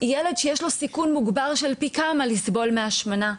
יהיה ילד שיהיה לו סיכוי של פי כמה לסבול מהשמנה.